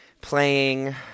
playing